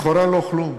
לכאורה לא כלום.